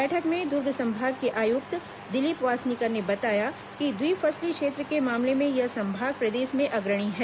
बैठक में दुर्ग संभाग के आयुक्त दिलीप वासनीकर ने बताया कि द्विफसली क्षेत्र के मामले में यह संभाग प्रदेश में अग्रणी है